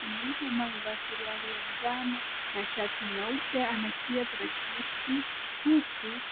Mwanamke ambaye amevaa suruali ya njano na shati nyeupe akishikilia tarakilishi huku